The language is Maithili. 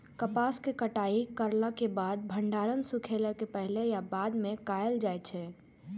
कपास के कटाई करला के बाद भंडारण सुखेला के पहले या बाद में कायल जाय छै?